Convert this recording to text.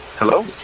Hello